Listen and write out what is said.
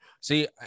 See